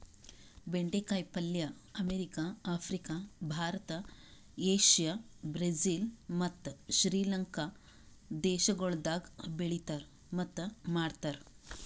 ಬೆಂಡೆ ಕಾಯಿ ಪಲ್ಯ America, Africa, Bharat, Asia, Brazil ಮತ್ತ್ ಶ್ರೀ ಲಂಕಾ ದೇಶಗೊಳ್ದಾಗ್ ಬೆಳೆತಾರ್ ಮತ್ತ್ ಮಾಡ್ತಾರ್